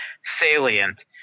salient